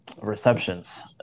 receptions